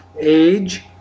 age